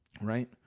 Right